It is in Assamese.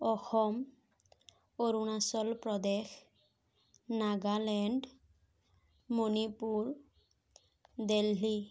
অসম অৰুণাচল প্ৰদেশ নাগালেণ্ড মণিপুৰ দেলহি